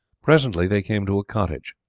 presently they came to a cottage.